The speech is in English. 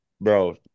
Bro